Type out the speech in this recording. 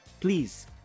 please